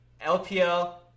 LPL